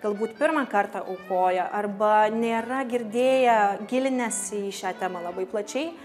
galbūt pirmą kartą aukoja arba nėra girdėję gilinęsi į šią temą labai plačiai